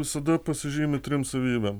visada pasižymi trim savybėm